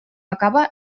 acaba